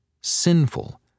sinful